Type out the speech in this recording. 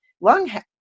lung